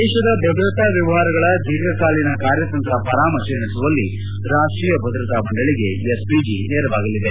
ದೇಶದ ಭದ್ರತಾ ವ್ಲವಹಾರಗಳ ದೀರ್ಘಕಾಲೀನ ಕಾರ್ಯತಂತ್ರ ಪರಾಮರ್ಶೆ ನಡೆಸುವಲ್ಲಿ ರಾಷ್ಷೀಯ ಭದ್ರತಾ ಮಂಡಳಿಗೆ ಎಸ್ ಪಿಜಿ ನೆರವಾಗಲಿದೆ